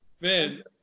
Man